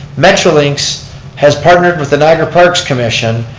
metrolinks has partnered with the niagara parks commission,